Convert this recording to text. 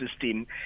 system